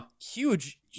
huge –